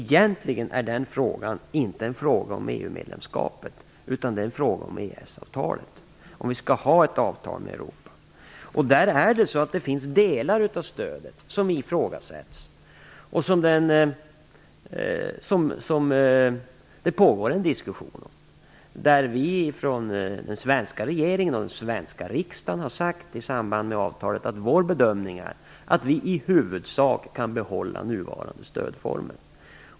Egentligen är den frågan inte en fråga om EU-medlemskapet, utan det är en fråga om EES-avtalet, om vi skall ha ett avtal med Europa. Det finns delar av stödet som ifrågasätts och som det pågår en diskussion om. Den svenska regeringen och den svenska riksdagen har i samband med avtalet sagt att vår bedömning är att vi i huvudsak kan behålla nuvarande stödformer.